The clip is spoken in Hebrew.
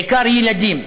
בעיקר ילדים.